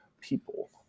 people